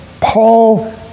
Paul